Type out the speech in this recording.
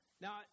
Now